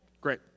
great